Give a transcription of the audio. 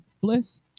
Bliss